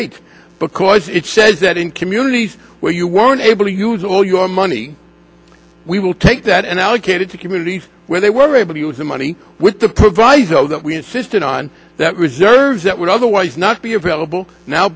eight because it says that in communities where you weren't able to use all your money we will take that and allocated to communities where they were able to use the money with the proviso that we insisted on that reserves that would otherwise not be available now